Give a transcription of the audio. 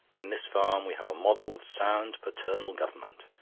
in this farm we have a model of sound paternal government.